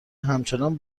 همچنان